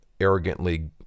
arrogantly